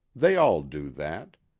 they all do that.